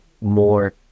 more